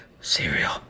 cereal